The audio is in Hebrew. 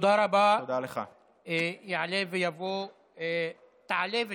אז אני אומר לך שעד עכשיו כמעט לא נכנסו תיירים לישראל,